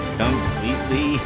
completely